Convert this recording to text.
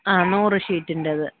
ആ നൂറ് ഷീറ്റിൻറേത്